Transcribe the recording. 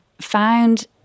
found